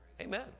Amen